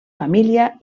família